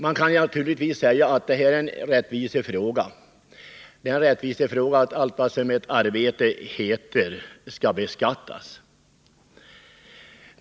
Man kan naturligtvis säga att det här är en rättvisefråga i den meningen att all inkomst av arbete skall beskattas.